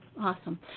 Awesome